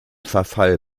verfall